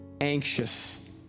anxious